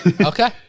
Okay